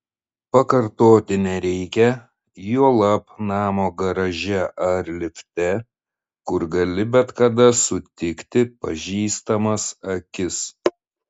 pakartoti nereikia juolab namo garaže ar lifte kur gali bet kada sutikti pažįstamas akis